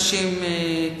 48)